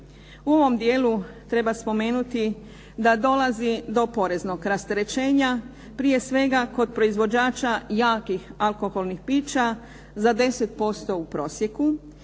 U ovom dijelu treba spomenuti da dolazi do poreznog rasterećenja. Prije svega, kod proizvođača jakih alkoholnih pića za 10% u prosjeku